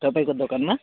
तपाईँको दोकानमा